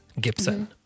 Gibson